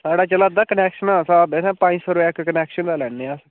साढ़े चला दा कनैक्शन दा स्हाब अस पंज सौ रपेआ इक कनैक्शन दा लैन्ने आं